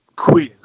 quiz